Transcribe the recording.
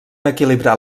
equilibrar